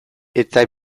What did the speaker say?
eta